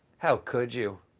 how could you?